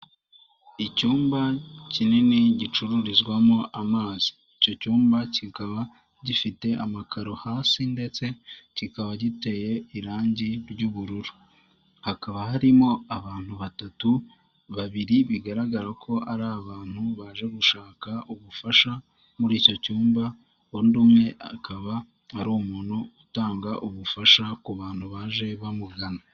Icyumba kinini gicururizwamo amazi, icyo cyumba kikaba gifite amakaro hasi ndetse kikaba giteye irangi ry'ubururu, hakaba harimo abantu batatu, babiri bigaragara ko ari abantu baje gushaka ubufasha muri icyo cyumba, undi umwe akaba ari umuntu utanga ubufasha ku bantu baje bamugana.